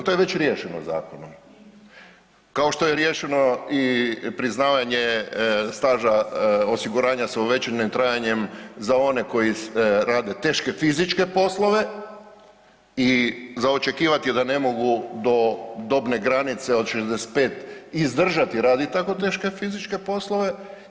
To je već riješeno zakonom kao što je riješeno i priznavanje staža osiguranja sa uvećanim trajanjem za one koji rade teške fizičke poslove i za očekivati je da ne mogu do dobne granice 65 izdržati raditi tako teške fizičke poslove.